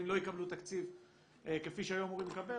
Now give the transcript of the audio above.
ולא יקבלו תקציב כפי שהיו אמורים לקבל,